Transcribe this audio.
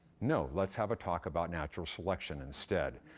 no, let's have a talk about natural selection instead.